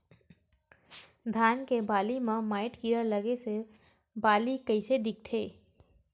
धान के बालि म माईट कीड़ा लगे से बालि कइसे दिखथे?